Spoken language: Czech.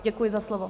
Děkuji za slovo.